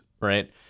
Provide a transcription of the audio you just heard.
Right